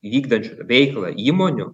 vykdančių veiklą įmonių